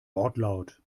wortlaut